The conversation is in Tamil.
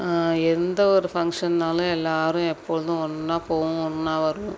எந்த ஒரு ஃபங்க்ஷன்னாலும் எல்லோரும் எப்பொழுதும் ஒன்னாக போவோம் ஒன்னாக வருவோம்